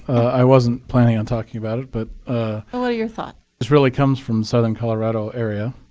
i wasn't planning on talking about it, but what your thought? this really comes from southern colorado area.